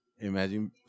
Imagine